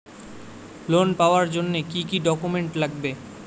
Loan পাওয়ার জন্যে কি কি ডকুমেন্ট লাগবে?